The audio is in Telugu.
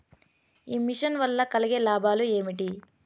ఈ మిషన్ వల్ల కలిగే లాభాలు ఏమిటి?